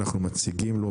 אנחנו מציגים לו,